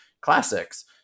classics